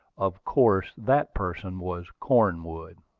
of course that person was cornwood.